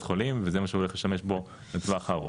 חולים וזה מה שהולך לשמש בו לטווח הארוך.